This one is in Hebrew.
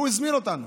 הוא הזמין אותנו.